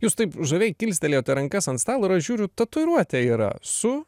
jūs taip žaviai kilstelėjote rankas ant stalo ir aš žiūriu tatuiruotė yra su